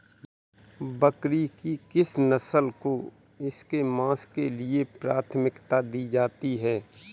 बकरी की किस नस्ल को इसके मांस के लिए प्राथमिकता दी जाती है?